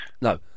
No